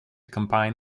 combine